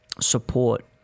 support